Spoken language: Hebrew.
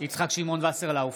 יצחק שמעון וסרלאוף,